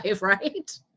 Right